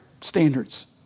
standards